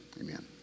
amen